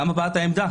גם הבעת העמדה,